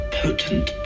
potent